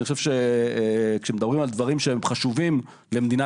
אני חושב שכשמדברים על דברים שחשובים למדינת